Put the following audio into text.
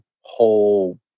whole